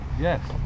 Yes